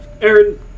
Aaron